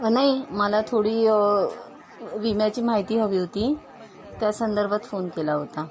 अं नाही मला थोडी विम्याची माहिती हवी होती त्या संदर्भात फोन केला होता